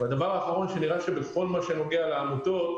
והדבר האחרון, שנראה לי שבכל מה שנוגע לעמותות,